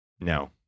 No